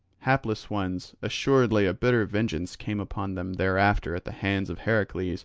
hapless ones, assuredly a bitter vengeance came upon them thereafter at the hands of heracles,